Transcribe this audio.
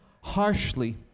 harshly